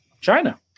China